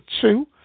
two